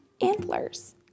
antlers